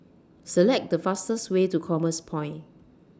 Select The fastest Way to Commerce Point